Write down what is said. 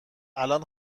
الان